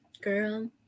Girl